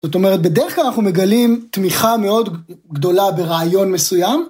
זאת אומרת בדרך כלל אנחנו מגלים תמיכה מאוד גדולה ברעיון מסוים.